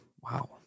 wow